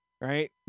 right